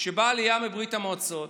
כשבאה העלייה מברית המועצות,